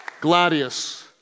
Gladius